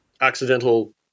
accidental